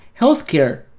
Healthcare